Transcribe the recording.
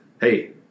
hey